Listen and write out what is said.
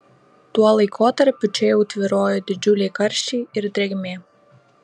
tuo laikotarpiu čia jau tvyrojo didžiuliai karščiai ir drėgmė